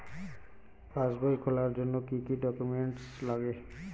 পাসবই খোলার জন্য কি কি ডকুমেন্টস লাগে?